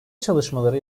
çalışmaları